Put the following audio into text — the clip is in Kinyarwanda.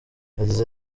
yagize